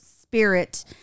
spirit